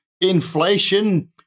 inflation